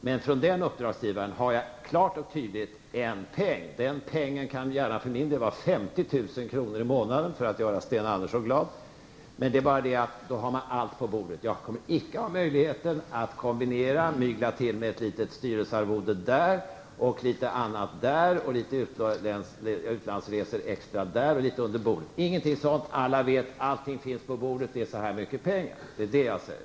Men från den uppdragsgivaren har jag klart och tydligt en peng. Denna peng kan gärna för mig få vara 50 000 kr. i månaden, för att göra Sten Andersson glad. Men allt finns på bordet. Jag kommer inte att ha möjligheten att mygla till mig ett litet styrelsearvode här, litet utlandsresor där osv. under bordet. Ingenting sådant. Alla vet att allting finns på bordet och att det handlar om en viss summa pengar.